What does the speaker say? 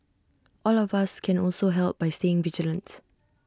all of us can also help by staying vigilant